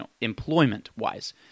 employment-wise